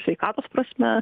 sveikatos prasme